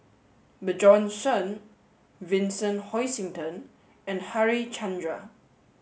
Bjorn Shen Vincent Hoisington and Harichandra